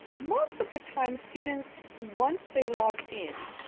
most of the time students, once they log in,